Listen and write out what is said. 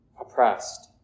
oppressed